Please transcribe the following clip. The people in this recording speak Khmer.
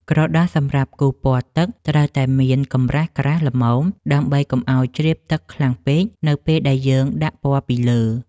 ក្រដាសសម្រាប់គូរពណ៌ទឹកត្រូវតែមានកម្រាស់ក្រាស់ល្មមដើម្បីកុំឱ្យជ្រាបទឹកខ្លាំងពេកនៅពេលដែលយើងដាក់ពណ៌ពីលើ។